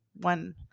one